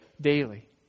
daily